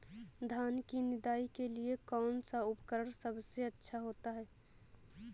धान की निदाई के लिए कौन सा उपकरण सबसे अच्छा होता है?